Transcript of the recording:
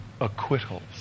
acquittals